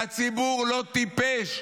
והציבור לא טיפש.